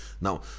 now